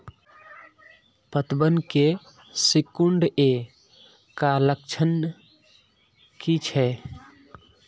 पतबन के सिकुड़ ऐ का लक्षण कीछै?